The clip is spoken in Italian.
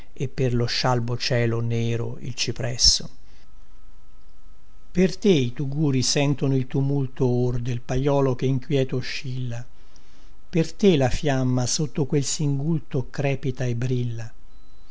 e per lo scialbo cielo nero il cipresso per te i tuguri sentono il tumulto or del paiolo che inquïeto oscilla per te la fiamma sotto quel singulto crepita e brilla